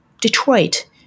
Detroit